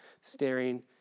staring